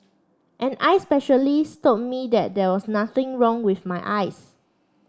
an eye specialist told me that there was nothing wrong with my eyes